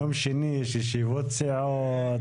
יום שני יש ישיבות סיעה,